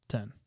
Ten